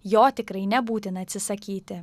jo tikrai nebūtina atsisakyti